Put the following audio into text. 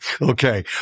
Okay